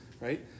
right